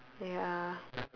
ya